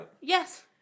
Yes